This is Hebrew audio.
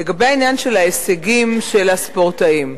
לגבי הישגי הספורטאים,